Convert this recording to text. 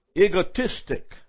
Egotistic